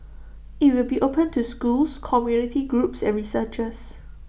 IT will be open to schools community groups and researchers